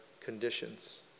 conditions